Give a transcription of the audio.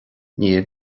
níl